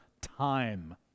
time